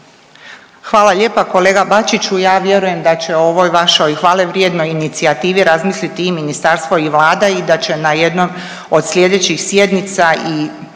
Hvala lijepa kolega Bačiću. Ja vjerujem da će o ovoj vašoj hvale vrijednoj inicijativi razmisliti i Ministarstvo i Vlada i da će na jedno od sljedećih sjednica i